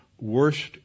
worst